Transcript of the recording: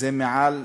שיש להן מעל